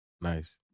nice